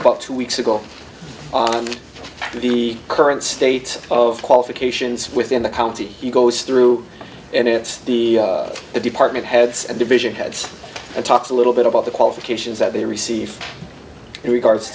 about two weeks ago on the current state of qualifications within the county he goes through and it's the department heads and division heads and talks a little bit about the qualifications that they receive in regards